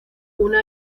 una